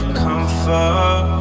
comfort